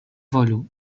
volu